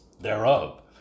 thereof